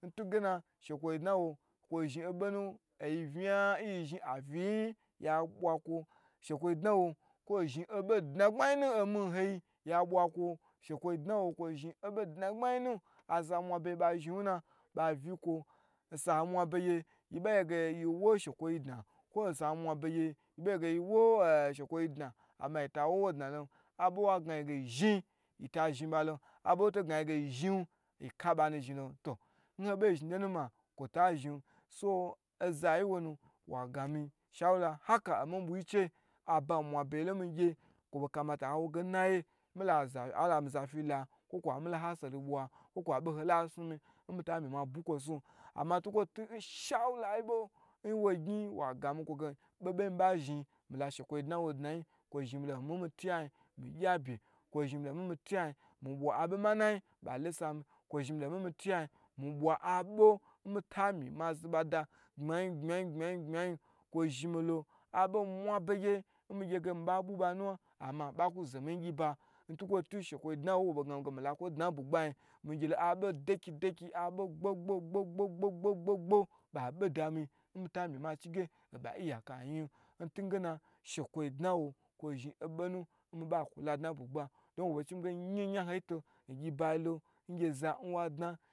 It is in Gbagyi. shukwo dnawo obonu oyi vnaya n yi zhin aviyi yi ya bwakwo, shukwo dnawo zhin oba dna gbma yi omi nhoi ya bwa kwo, shekwo dna wo zhin obo dnagbna yi nu aza nmua bege nwu na ba bwa kwo, sa mwa begye yi ba gye ge yi wo shekwoyi dna kwo osa mwa begye yi ba gye ge yi wo shekwo dna ama yi ta wo shekwo dna lon, obo n wa gna yi ge yi zhin yita zhin ba lon abo nwo to gna yi ge yi zhin yi ka ab nuy zhilo, n hobo zhin lonu ma kwo ta zhin so oza yi wonu wagani shawula haka omi bwigyi che aba mwa bege lo nmigye kwo boi kamata awo nge ala mi zafi la ko kwa mila aseli bwa kwo kwa boh la snu mi n mi ta mi ma bwi ko sin, kuma ntukwo tu n shawula yi bo nwa gni wa gami ko ge obo miba zhi mila shekwo na wo dnayi kwo milo omi mi tu yayin mi bwa abo manayi balo sa mi, kwo zhin mi lo mi bwa abo nmitami ma zo ba dnan gbmayi gbamyi gbmayi kwo zhimi lo abo nmwa begye nmi gye ge mi ba bwi ba nawa ama ba ku zo miyi gyiba ntukwo tu shekwo dna nwo bei gna mi ge mi lako dna nbugbayin abo dekdeki, abo gbogbogbo ba be dami nmi ta mima chige nba iyaka yin ntugena shekwo dnawo kwo zhin obonu nyi ba kwo ladna nbu gba ntuge nya ho nyaho yi to gye ba lo ngye e